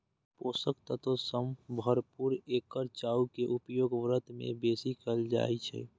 पोषक तत्व सं भरपूर एकर चाउर के उपयोग व्रत मे बेसी कैल जाइ छै